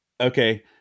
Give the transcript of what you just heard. Okay